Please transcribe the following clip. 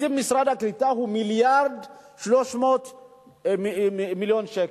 שתקציב משרד הקליטה הוא מיליארד ו-300 מיליון שקל,